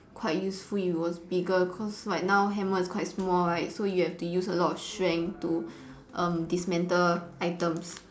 quite useful if it was bigger cause like now hammer is quite small right so you have to use a lot of strength to um dismantle items